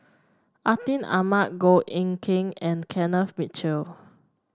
Atin Amat Goh Eck Kheng and Kenneth Mitchell